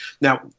now